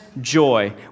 joy